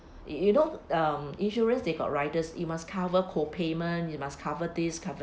you you know um insurance they got riders you must cover co payment you must cover these cover